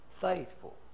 faithful